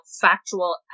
factual